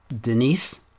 Denise